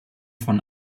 von